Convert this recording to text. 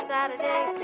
Saturday